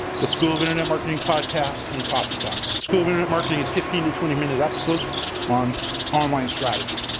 the school of internet marketing podcasts and coffee talk. school of internet marketing is fifteen to twenty minute episodes on online strategy.